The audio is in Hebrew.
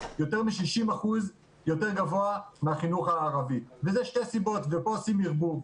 ב-60% יותר גבוה מהחינוך הערבי ויש שתי סיבות ופה עושים ערבוב.